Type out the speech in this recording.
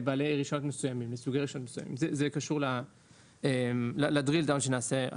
זה קשור לדריל דאון שנעשה אחר-כך.